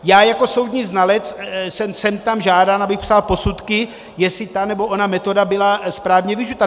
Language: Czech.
Já jako soudní znalec jsem sem tam žádán, abych psal posudky, jestli ta nebo ona metoda byla správně využita.